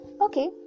Okay